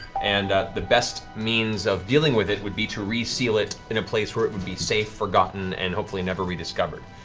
and the best means of dealing with it would be to reseal it in a place where it would be safe, forgotten, and hopefully never rediscovered.